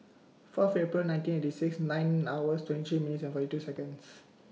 Fourth April nineteen eighty six nine hours twenty three minutes and forty two Seconds